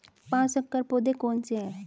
पाँच संकर पौधे कौन से हैं?